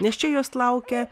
nes čia jos laukia